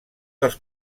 dels